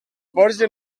forja